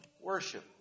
Worship